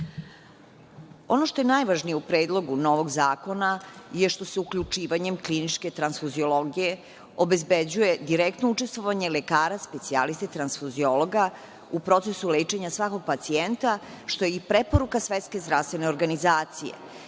što je najvažnije u predlogu novog zakona je što se uključivanjem kliničke transfuziologije obezbeđuje direktno učestvovanje lekara specijaliste transfuziologa u procesu lečenja svakog pacijenta, što je i preporuka Svetske zdravstvene organizacije,